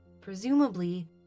presumably